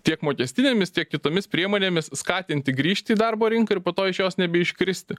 tiek mokestinėmis tiek kitomis priemonėmis skatinti grįžti į darbo rinką ir po to iš jos nebeišskristi